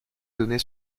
données